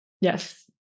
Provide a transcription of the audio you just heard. Yes